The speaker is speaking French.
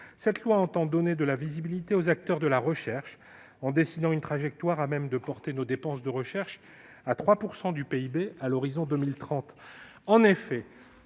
: il s'agit de donner de la visibilité aux acteurs de la recherche, en dessinant une trajectoire à même de porter nos dépenses de recherche à 3 % du PIB à l'horizon 2030.